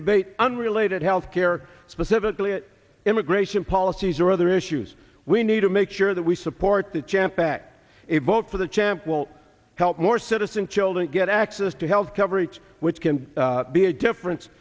and related health care specifically immigration policies or other issues we need to make sure that we support the champ back a vote for the champ will help more citizen children get access to health coverage which can be a difference